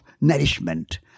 nourishment